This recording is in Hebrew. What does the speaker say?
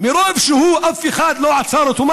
"פרעה התנשא בארץ".) מרוב שאף אחד לא עצר אותו,